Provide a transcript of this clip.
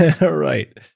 Right